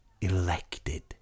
elected